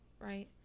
right